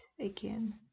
again